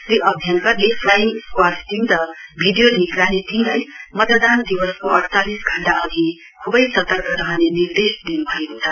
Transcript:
श्री अभ्यङ्करले flying squad team र video निगरानी टीमलाई मतदान दिवसको अडचालिस घण्टा अघि खुबै सतर्क रहने निर्देश दिनु भएको छ